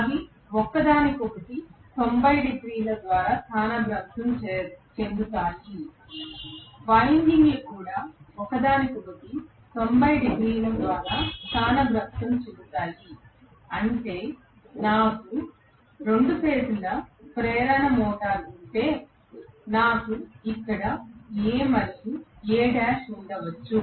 అవి ఒకదానికొకటి 90 డిగ్రీల ద్వారా స్థానభ్రంశం చెందుతాయి వైండింగ్లు కూడా ఒకదానికొకటి 90 డిగ్రీల ద్వారా స్థానభ్రంశం చెందుతాయి అంటే నాకు 2 ఫేజ్ ల ప్రేరణ మోటారు ఉంటే నాకు ఇక్కడ A మరియు A' ఉండవచ్చు